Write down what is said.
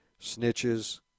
snitches